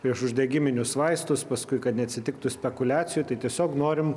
priešuždegiminius vaistus paskui kad neatsitiktų spekuliacijų tai tiesiog norim